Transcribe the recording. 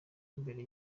mbere